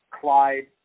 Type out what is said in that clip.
Clyde